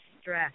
stress